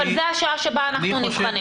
אבל זו השעה שבה אנחנו נבחנים.